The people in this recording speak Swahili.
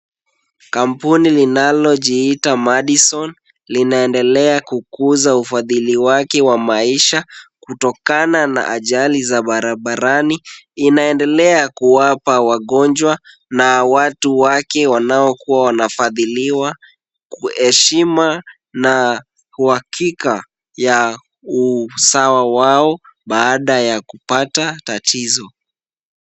Kampuni linalojiita Madison linaendelea kukuza ufadhilii wake wa maisha, kutokana na ajali za barabarani, linaendelea kuwapa wagonjwa na watu wake wanaokuwa wanafadhiliwa kwa heshima na uhakika ya usawa wao baada ya kupata tatizo.